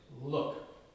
look